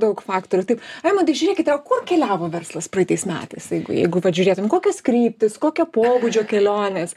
daug faktorių taip emantai žiūrėkite o kur keliavo verslas praeitais metais jeigu jeigu pažiūrėtum kokios kryptis kokio pobūdžio kelionės